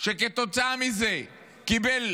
שכתוצאה מזה קיבל